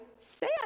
say